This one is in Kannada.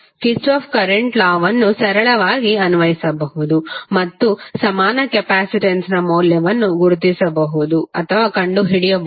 ಕಿರ್ಚಾಫ್ ಕರೆಂಟ್ ಲಾವನ್ನು ಸರಳವಾಗಿ ಅನ್ವಯಿಸಬಹುದು ಮತ್ತು ಸಮಾನ ಕೆಪಾಸಿಟನ್ಸ್ನ ಮೌಲ್ಯವನ್ನು ಗುರುತಿಸಬಹುದು ಕಂಡುಹಿಡಿಯಬಹುದು